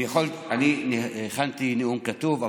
אני הכנתי נאום כתוב,